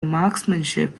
marksmanship